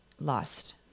lost